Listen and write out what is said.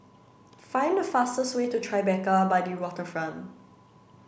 find the fastest way to Tribeca by the Waterfront